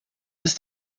ist